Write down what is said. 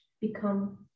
become